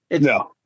No